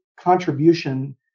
contribution